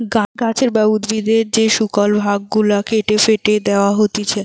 গাছের বা উদ্ভিদের যে শুকল ভাগ গুলা কেটে ফেটে দেয়া হতিছে